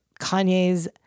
Kanye's